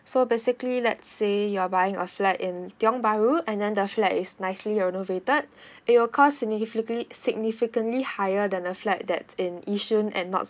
so basically lets say you're buying a flat in tiong bahru and then the flat is nicely renovated it will cost significatly significantly higher than the flat that's in yishun at not